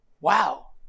Wow